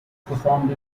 performed